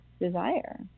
desire